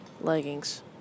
leggings